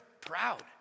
proud